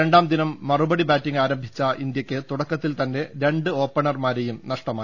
രണ്ടാം ദിനം മറുപടി ബാറ്റിംഗ് ആരം ഭിച്ച ഇന്ത്യയ്ക്ക് തുടക്കത്തിൽ തന്നെ രണ്ട് ഓപ്പണർമാരെയും നഷ്ടമായി